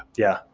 yeah,